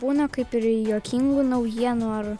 būna kaip ir juokingų naujienų ar